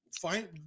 find